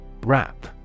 Wrap